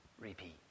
repeat